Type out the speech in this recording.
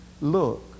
Look